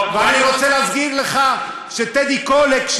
ואני רוצה להזכיר לך שטדי קולק,